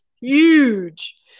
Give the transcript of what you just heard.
huge